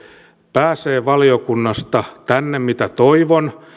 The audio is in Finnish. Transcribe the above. pääsee valiokunnasta tänne toivon